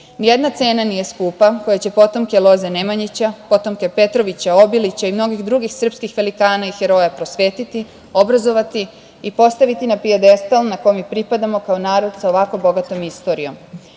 jedna cena nije skupa koja će potomke loze Nemanjića, potomke Petrovića, Obilića i mnogih drugih srpskih velikana i heroja prosvetiti, obrazovati i postaviti na pijedestal na kom i pripadamo kao narod sa ovako bogatom istorijom. Član